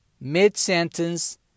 mid-sentence